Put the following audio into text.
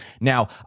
now